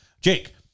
Jake